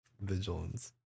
vigilance